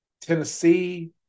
Tennessee